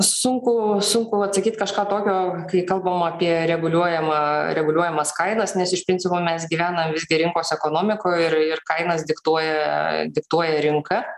sunku sunku atsakyt kažką tokio kai kalbam apie reguliuojama reguliuojamas kainas nes iš principo mes gyvenam visgi rinkos ekonomikoj ir ir kainas diktuoja diktuoja rinka